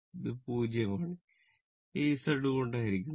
ഇത് 0 ആണ് ഈ Z കൊണ്ട് ഹരിക്കുന്നു